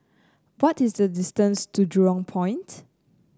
what is the distance to Jurong Point